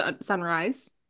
sunrise